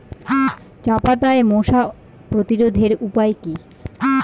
চাপাতায় মশা প্রতিরোধের উপায় কি?